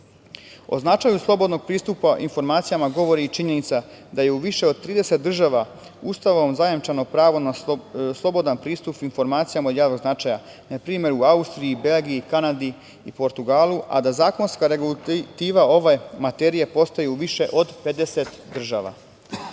značaju slobodnog pristupa informacijama govori i činjenica da je u više od 30 država Ustavom zajemčeno pravo na slobodan pristup informacijama od javnog značaja, na primer u Austriji, Belgiji, Kanadi i Portugalu, a da zakonska regulativa ove materije postoji u više od 50 država. Naša